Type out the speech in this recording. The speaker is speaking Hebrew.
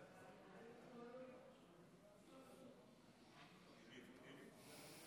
ההצעה תעבור לוועדה המסדרת לקביעת ועדה.